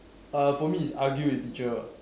uh for me is argue with teacher